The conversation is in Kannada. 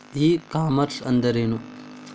ಇ ಕಾಮರ್ಸ್ ಅಂದ್ರೇನು?